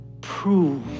prove